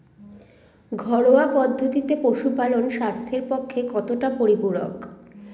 ঘরোয়া পদ্ধতিতে পশুপালন স্বাস্থ্যের পক্ষে কতটা পরিপূরক?